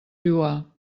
lloar